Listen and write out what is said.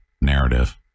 narrative